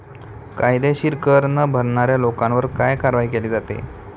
कायदेशीर कर न भरणाऱ्या लोकांवर काय कारवाई केली जाते?